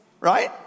right